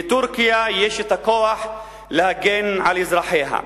לטורקיה יש הכוח להגן על אזרחיה.